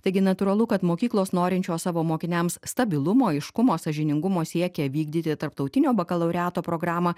taigi natūralu kad mokyklos norinčios savo mokiniams stabilumo aiškumo sąžiningumo siekia vykdyti tarptautinio bakalaureato programą